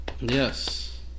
Yes